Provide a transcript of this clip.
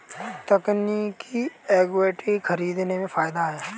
तकनीकी इक्विटी खरीदने में फ़ायदा है